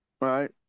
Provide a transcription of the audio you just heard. right